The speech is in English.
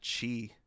chi